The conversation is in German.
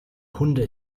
hunde